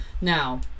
now